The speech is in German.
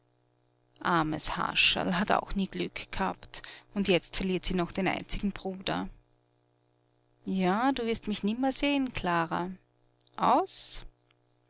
armes hascherl hat auch nie glück gehabt und jetzt verliert sie noch den einzigen bruder ja wirst mich nimmer seh'n klara aus